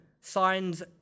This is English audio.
signs